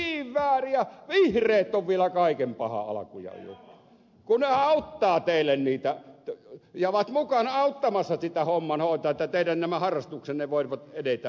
se on niin väärin ja vihreät ovat vielä kaiken pahan alku ja juuri kun he auttavat teille niitä ja ovat mukana auttamassa sitä homman hoitoa että nämä teidän harrastuksenne voivat edetä asiaankuuluvalla tavalla